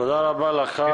תודה רבה לך.